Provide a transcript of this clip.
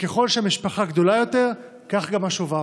וככל שהמשפחה גדולה יותר, כך גם השובר.